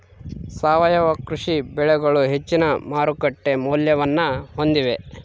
ಸಾವಯವ ಕೃಷಿ ಬೆಳೆಗಳು ಹೆಚ್ಚಿನ ಮಾರುಕಟ್ಟೆ ಮೌಲ್ಯವನ್ನ ಹೊಂದಿವೆ